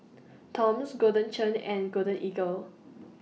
Toms Golden Churn and Golden Eagle